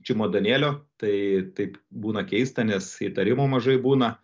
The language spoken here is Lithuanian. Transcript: čemodanėlio tai taip būna keista nes įtarimų mažai būna